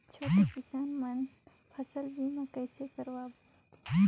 छोटे किसान मन फसल बीमा कइसे कराबो?